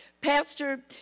Pastor